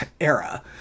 era